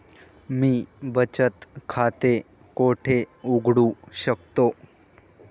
मी बचत खाते कोठे उघडू शकतो?